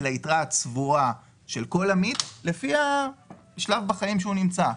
- ליתרה הצבועה של כל עמית לפי השלב בחיים שהוא נמצא.